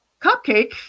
Cupcake